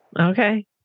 Okay